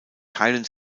teilen